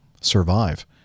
survive